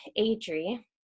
Adri